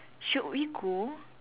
should we go